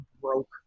broke